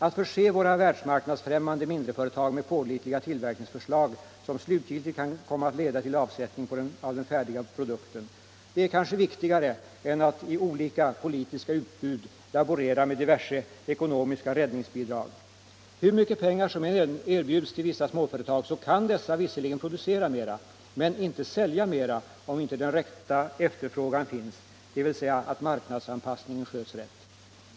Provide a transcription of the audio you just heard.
Att förse våra världsmarknadsfrämmande mindreföretag med pålitliga tillverkningsförslag som slutgiltigt kan komma att leda till avsättning av den färdiga produkten — det är kanske viktigare än att i olika politiska utbud laborera med diverse ekonomiska räddningsbidrag. Hur mycket pengar som än erbjuds till vissa småföretag så kan dessa visserligen producera mera men inte sälja mera, om inte den rätta efterfrågan finns, dvs. att marknadsanpassningen sköts rätt.